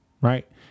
Right